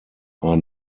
are